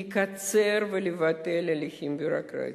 לקצר ולבטל הליכים ביורוקרטיים.